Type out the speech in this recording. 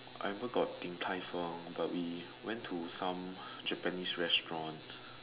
I remember got Din-Tai-Fung but we went to some japanese restaurant